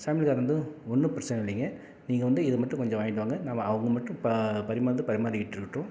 சமையல்காரரு வந்து ஒன்னும் பிரச்சனை இல்லைங்க நீங்கள் வந்து இதை மட்டும் கொஞ்சம் வாங்கிட்டு வாங்க நாம அவங்க மட்டும் ப பரிமாறுறதை பரிமாறிக்கிட்டு இருக்கட்டும்